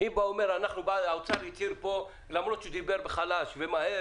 אם האוצר אומר - למרות שהוא דיבר חלש ומהר